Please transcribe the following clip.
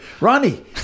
Ronnie